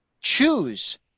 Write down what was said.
Choose